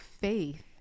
faith